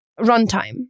runtime